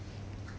oh